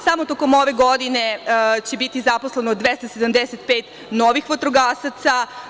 Samo tokom ove godine će biti zaposleno 275 novih vatrogasaca.